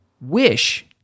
wish